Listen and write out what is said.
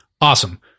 awesome